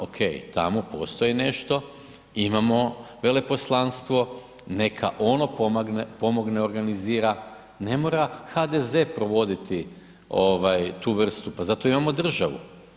OK, tamo postoji nešto, imamo veleposlanstvo neka ono pomogne organiziran, ne mora HDZ provoditi ovaj tu vrstu, pa zato imamo državu.